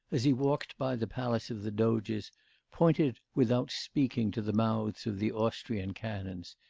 as he walked by the palace of the doges, pointed without speaking to the mouths of the austrian cannons,